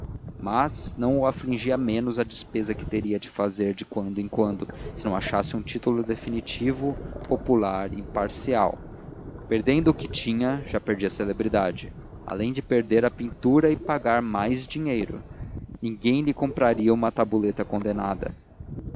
mas não o afligia menos a despesa que teria de fazer de quando em quando se não achasse um título definitivo popular e imparcial perdendo o que tinha já perdia a celebridade além de perder a pintura e pagar mais dinheiro ninguém lhe compraria uma tabuleta condenada